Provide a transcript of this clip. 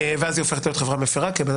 ואז היא הופכת להיות חברה מפרה כי הבן